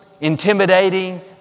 intimidating